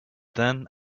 then